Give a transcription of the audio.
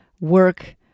work